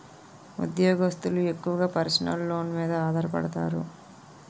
ఉద్యోగస్తులు ఎక్కువగా personal loans మీద ఆధారపడతారు